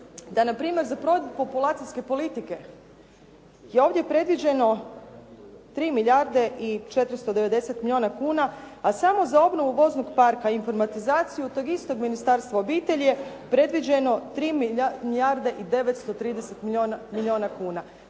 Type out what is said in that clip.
da na primjer za provedbu populacijske politike je ovdje predviđeno 3 milijarde i 490 milijuna kuna, a samo za obnovu voznog parka i informatizaciju tog istog Ministarstva obitelji je predviđeno 3 milijarde i 930 milijuna kuna.